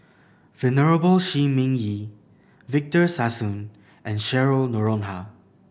Venerable Shi Ming Yi Victor Sassoon and Cheryl Noronha